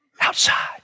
outside